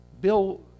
Bill